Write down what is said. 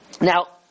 Now